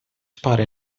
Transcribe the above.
pare